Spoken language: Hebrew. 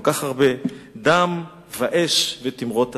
כל כך הרבה דם ואש ותימרות עשן.